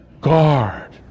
guard